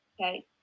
okay